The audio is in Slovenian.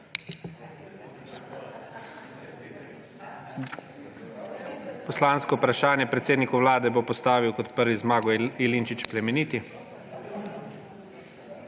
Poslansko vprašanje predsedniku Vlade bo postavil kot prvi Zmago Jelinčič Plemeniti.